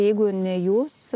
jeigu ne jūs